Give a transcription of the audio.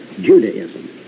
Judaism